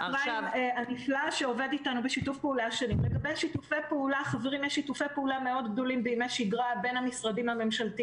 במשך 24 שעות אנחנו מקבלים בכל יום למעלה